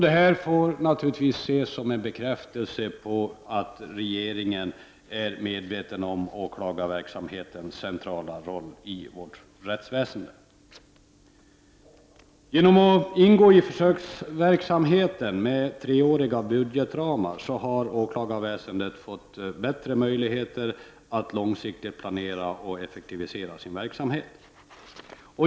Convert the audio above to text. Detta får naturligtvis ses som en bekräftelse på att regeringen är medveten om åklagarverksamhetens centrala roll i vårt rättsväsende. Genom att ingå i försöksverksamheten med treåriga budgetramar har åklagarväsendet fått bättre möjligheter att långsiktigt planera och effektivisera sin verksamhet.